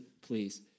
please